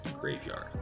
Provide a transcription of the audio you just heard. graveyard